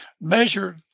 measure